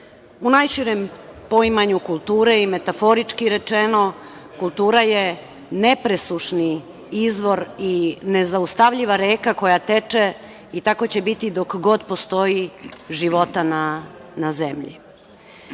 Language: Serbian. najširem poimanju kulture i metaforički rečeno, kultura je nepresušni izvor i nezaustavljiva reka koja teče i tako će biti dok god postoji života na zemlji.